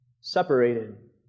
separated